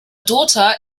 daughter